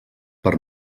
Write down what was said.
per